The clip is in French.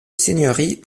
seigneurie